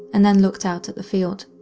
and then looked out at the field.